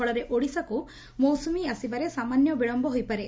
ଫଳରେ ଓଡ଼ିଶାକୁ ମୌସ୍ବମୀ ଆସିବାରେ ସାମାନ୍ୟ ବିଳଧ ହୋଇପାରେ